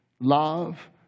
Love